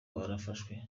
barafashwe